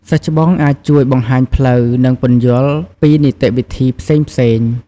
សិស្សច្បងអាចជួយបង្ហាញផ្លូវ និងពន្យល់ពីនីតិវិធីផ្សេងៗ។